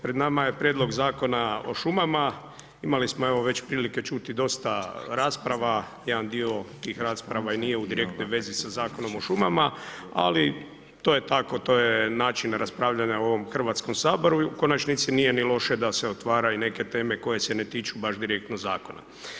Pred nama je Prijedlog zakona o šumama, imali smo već prilike čuti dosta rasprava, jedan dio tih rasprava nije u direktnoj vezi sa Zakonom o šumama, ali to je tako to je način raspravljanja u ovom Hrvatskom saboru i u konačnici nije ni loše da se otvaraju neke teme koje se ne tiču baš direktno zakona.